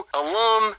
alum